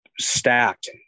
stacked